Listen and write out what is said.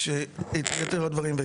שאת יתר הדברים,